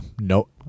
Nope